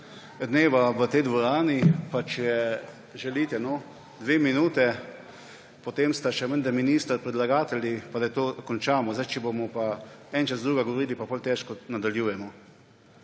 dneva v tej dvorani pa če želite dve minuti, potem sta menda minister, predlagatelji pa da to končamo. Če bomo pa eden čez drugega govorili, potem težko nadaljujemo.